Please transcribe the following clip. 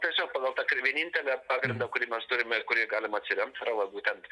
tiesiog pagal tą kur vienintelę pagrindą kurį mes turime ir kurį galim atsiremt yra va būtent